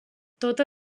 tota